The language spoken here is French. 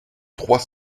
trois